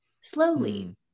slowly